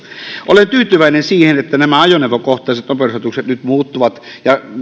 olen tyytyväinen siihen että nämä ajoneuvokohtaiset nopeusrajoitukset nyt muuttuvat ja